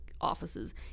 offices